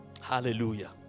Hallelujah